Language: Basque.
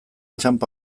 txanpa